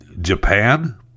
Japan